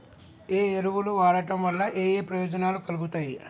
ఏ ఎరువులు వాడటం వల్ల ఏయే ప్రయోజనాలు కలుగుతయి?